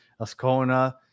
Ascona